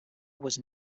was